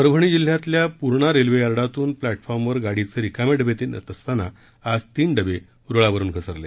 परभणी जिल्ह्यातल्या पूर्णा रेल्वे यार्डातून प्लॅटफॉर्मवर गाडीचे रिकामे डबे नेत असताना आज तीन डबे रुळावरून घसरले